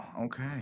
Okay